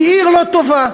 היא עיר לא טובה.